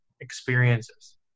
experiences